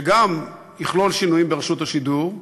שגם יכלול שינויים ברשות השידור,